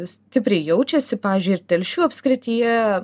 stipriai jaučiasi pavyzdžiui ir telšių apskrityje